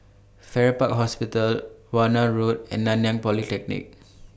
Farrer Park Hospital Warna Road and Nanyang Polytechnic